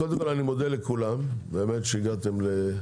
קודם כול, אני מודה לכולם, שהגעתם לפשרה.